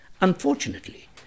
Unfortunately